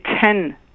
ten